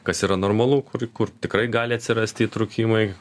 kas yra normalu kur kur tikrai gali atsirasti įtrūkimai